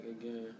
again